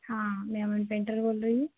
हाँ मैं अमन पेंटर बोल रही हूँ